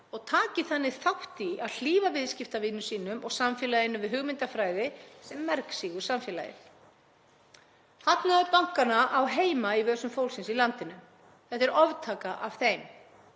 og taki þannig þátt í að hlífa viðskiptavinum sínum og samfélaginu við hugmyndafræði sem mergsýgur samfélagið? Hagnaður bankanna á heima í vösum fólksins í landinu en þeir oftaka af þeim.